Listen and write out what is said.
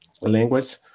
language